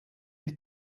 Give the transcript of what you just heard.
die